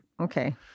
okay